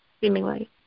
seemingly